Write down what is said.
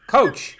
Coach